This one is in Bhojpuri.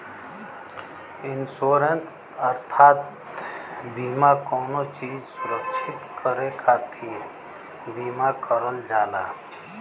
इन्शुरन्स अर्थात बीमा कउनो चीज सुरक्षित करे खातिर बीमा करल जाला